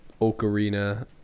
ocarina